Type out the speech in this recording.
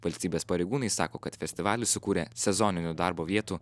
valstybės pareigūnai sako kad festivalis sukūrė sezoninių darbo vietų